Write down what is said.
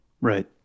Right